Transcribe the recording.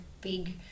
big